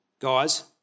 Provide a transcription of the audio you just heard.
Guys